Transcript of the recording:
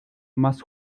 más